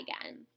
again